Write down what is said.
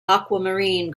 aquamarine